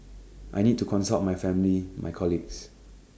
I need to consult my family my colleagues